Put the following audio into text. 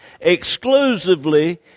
exclusively